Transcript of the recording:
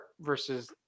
versus